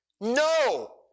No